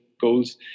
goals